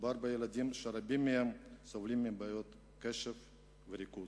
מדובר בילדים שרבים מהם סובלים מבעיות קשב וריכוז,